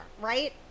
right